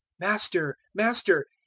master, master,